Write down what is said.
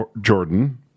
Jordan